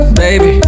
baby